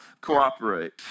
cooperate